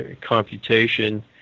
computation